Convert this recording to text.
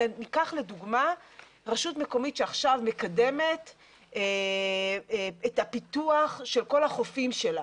ניקח לדוגמא רשות מקומית שעכשיו מקדמת את הפיתוח של כל החופים שלה.